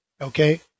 Okay